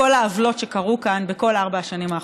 לכל העוולות שקרו כאן בכל ארבע השנים האחרונות.